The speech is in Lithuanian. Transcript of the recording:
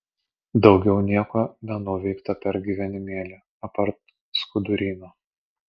daugiau nieko nenuveikta per gyvenimėlį apart skuduryno